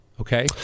Okay